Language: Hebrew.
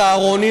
צהרונים,